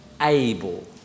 able